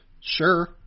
sure